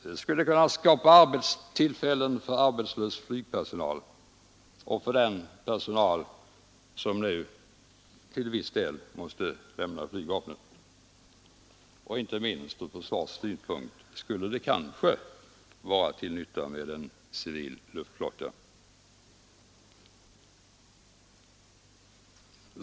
Den skulle kunna skapa arbetstillfällen för arbetslös flygpersonal och för den personal som nu måste lämna flygvapnet. Inte minst ur försvarssynpunkt skulle det kanske vara till nytta med en civil luftflotta.